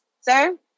sir